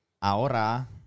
ahora